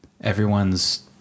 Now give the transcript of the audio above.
everyone's